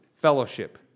fellowship